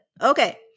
Okay